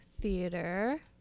Theater